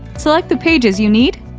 select the pages you need